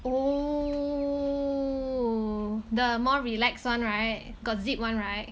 ooh the more relax one right got zip one right